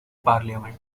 parliament